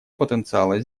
потенциала